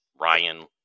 Ryan